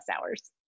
hours